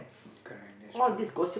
correct that's true